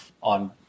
on